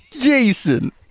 Jason